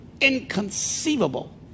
Inconceivable